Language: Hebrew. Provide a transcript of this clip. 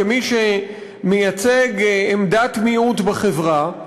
כמי שמייצג עמדת מיעוט בחברה,